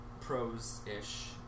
prose-ish